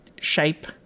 shape